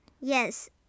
Yes